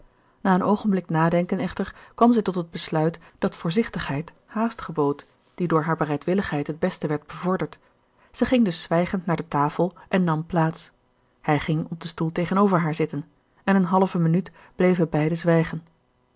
na een oogenblik nadenken echter kwam zij tot het besluit dat voorzichtigheid haast gebood die door haar bereidwilligheid het beste werd bevorderd zij ging dus zwijgend naar de tafel en nam plaats hij ging op den stoel tegenover haar zitten en een halve minuut bleven beiden zwijgen